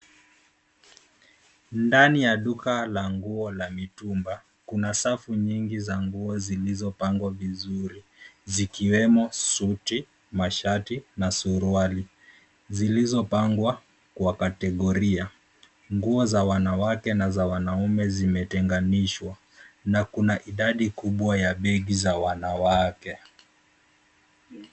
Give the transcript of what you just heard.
Ndani ya duka la nguo la mitumba, kuna safu nyingi za nguo zilizopangwa vizuri, zikiwemo suti, mashati, na suruali, zilizopangwa kwa kategoria. Nguo za wanawake na za wanaume zimetenganishwa na kuna idadi kubwa ya begi za wanawake.